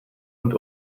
und